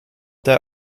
the